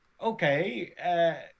okay